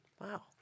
Wow